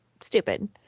stupid